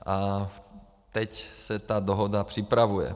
A teď se ta dohoda připravuje.